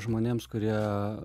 žmonėms kurie